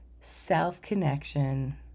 self-connection